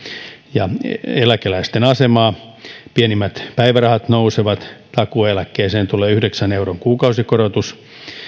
ja eläkeläisten asemaa pienimmät päivärahat nousevat takuueläkkeeseen tulee yhdeksän euron kuukausikorotus